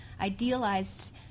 idealized